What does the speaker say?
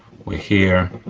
we're here.